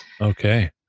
Okay